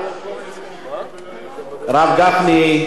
הרב גפני?